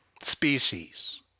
species